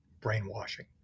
brainwashing